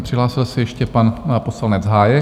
Přihlásil se ještě pan poslanec Hájek.